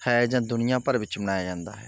ਹੈ ਜਾਂ ਦੁਨੀਆਂ ਭਰ ਵਿੱਚ ਮਨਾਇਆ ਜਾਂਦਾ ਹੈ